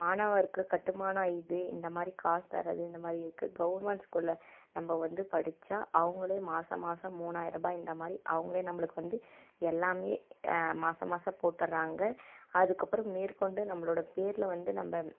மாணவர்க்கு கட்டுமான இது இந்த மாதிரி காசு தரது இந்த மாதிரி இருக்குது கவுர்ன்மெண்ட் ஸ்கூலில் நம்ப வந்து படிச்சால் அவங்களே மாசம் மாசம் மூணாயிரபா இந்த மாதிரி அவங்களே நம்மளுக்கு வந்து எல்லாமே மாசம் மாசம் போட்டுறாங்க அதுக்கப்புறம் மேற்கொண்டு நம்மளோட பேரில் வந்து நம்ம